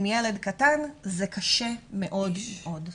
עם ילד קטן זה קשה מאוד מאוד מאוד.